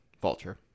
vulture